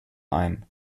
ein